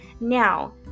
Now